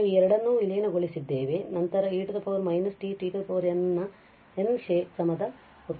ಆದ್ದರಿಂದ ನಾವು ಈ ಎರಡನ್ನೂ ವಿಲೀನಗೊಳಿಸಿದ್ದೇವೆ ಮತ್ತು ನಂತರ e −t t n ನ n ನೇ ಕ್ರಮದ ವ್ಯುತ್ಪನ್ನವಾಗಿದೆ